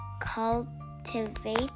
cultivate